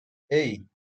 hey